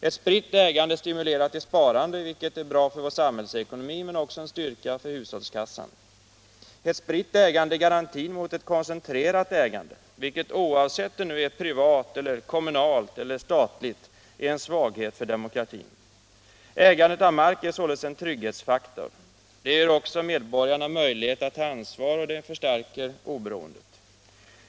Ett spritt ägande stimulerar till sparande, vilket är bra för vår samhällsekonomi men också en styrka för hushållskassan. Ett spritt ägande är garantin mot ett koncentrerat ägande, vilket oavsett om det är privat, kommunalt eller statligt är en svaghet för demokratin. Ägandet av mark är således en trygghetsfaktor. Det ger medborgarna möjlighet att ta ansvar, och det förstärker oberoendet.